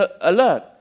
alert